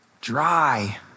dry